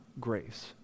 grace